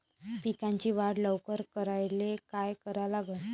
पिकाची वाढ लवकर करायले काय करा लागन?